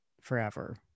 forever